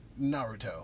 Naruto